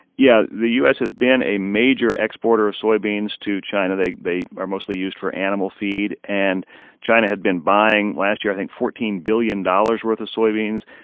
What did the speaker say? yeah, the u s. has been a major exporter of soybeans to china. they they are mostly used for animal feed. and china had been buying last year, i think, fourteen billion dollars worth of soybeans.